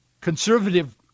conservative